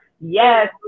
Yes